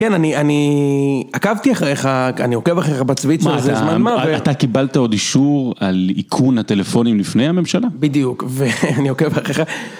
כן, אני אני אני... עקבתי אחריך, אני עוקב אחריך בצוויצר זה זמן מה. אתה קיבלת עוד אישור על איכון הטלפונים לפני הממשלה? בדיוק, ואני עוקב אחריך.